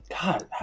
God